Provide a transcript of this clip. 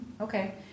Okay